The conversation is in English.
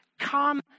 Come